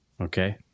Okay